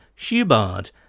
Hubbard